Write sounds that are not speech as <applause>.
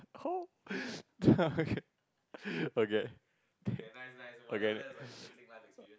<noise> okay <laughs> okay